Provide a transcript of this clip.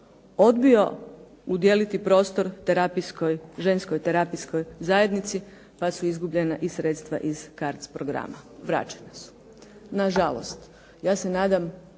odbio udijeliti prostor terapijskoj, ženskoj terapijskoj zajednici pa su izgubljena i sredstva iz CARDS programa. Vraćena su. Na žalost. Ja se nadam